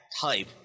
type